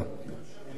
הם שווים,